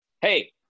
hey